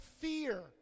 fear